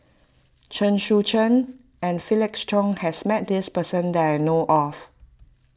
Chen Sucheng and Felix Cheong has met this person that I know of